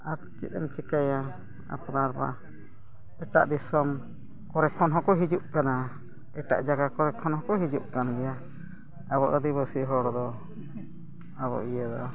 ᱟᱨ ᱪᱮᱫ ᱮᱢ ᱪᱤᱠᱟᱹᱭᱟ ᱟᱯᱱᱟᱨᱼᱢᱟ ᱮᱴᱟᱜ ᱫᱤᱥᱚᱢ ᱠᱚᱨᱮ ᱠᱷᱚᱱ ᱦᱚᱸᱠᱚ ᱦᱤᱡᱩᱜ ᱠᱟᱱᱟ ᱮᱴᱟᱜ ᱡᱟᱭᱜᱟ ᱠᱚᱨᱮ ᱠᱷᱚᱱ ᱦᱚᱸᱠᱚ ᱦᱤᱡᱩᱜ ᱠᱟᱱ ᱜᱮᱭᱟ ᱟᱵᱚ ᱟᱹᱫᱤᱵᱟᱹᱥᱤ ᱦᱚᱲ ᱫᱚ ᱟᱵᱚ ᱤᱭᱟᱹ ᱫᱚ